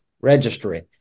Registry